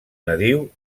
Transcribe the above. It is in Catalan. nadiu